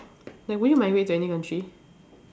like will you migrate to any country